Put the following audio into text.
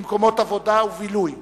למקומות עבודה ובילוי.